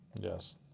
Yes